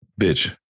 bitch